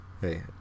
Hey